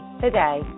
today